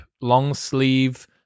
long-sleeve